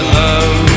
love